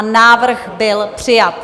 Návrh byl přijat.